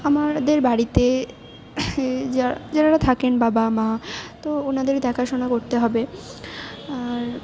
আমাদের বাড়িতে যারা যারা থাকেন বাবা মা তো ওনাদের দেখাশুনো করতে হবে আর